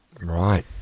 Right